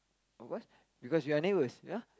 because we are neighbours ya